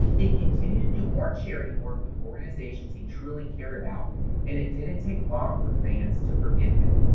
he continued to do more charity work with organizations he truly cared about and it didn't take long for fans to forgive him.